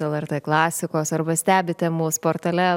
lrt klasikos arba stebite mus portale